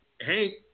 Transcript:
Hank